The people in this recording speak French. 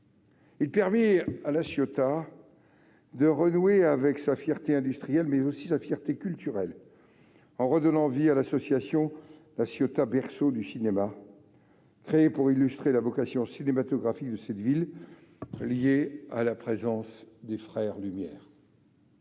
Il permit à La Ciotat de renouer avec sa fierté industrielle, mais aussi culturelle, en redonnant vie à l'association La Ciotat Berceau du cinéma, créée pour illustrer la vocation cinématographique de cette ville, liée à la présence des frères Lumière.